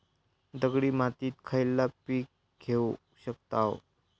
दगडी मातीत खयला पीक घेव शकताव?